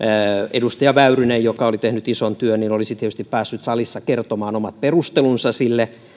edustaja väyrynen joka oli tehnyt ison työn olisi tietysti päässyt salissa kertomaan omat perustelunsa sille